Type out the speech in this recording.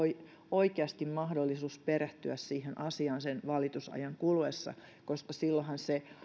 oikeasti mahdollisuus perehtyä siihen asiaan sen valitusajan kuluessa koska silloinhan